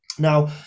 Now